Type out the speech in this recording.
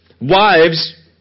Wives